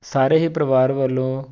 ਸਾਰੇ ਹੀ ਪਰਿਵਾਰ ਵੱਲੋਂ